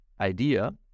idea